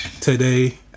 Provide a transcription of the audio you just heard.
today